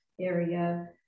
area